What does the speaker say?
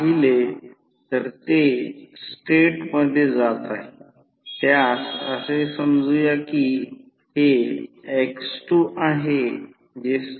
winding resistance नगण्य आहेत असे समजा वाइंडिंग रेजिस्टन्स नाही असे म्हणा